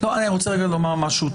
אני רוצה לומר משהו.